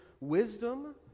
wisdom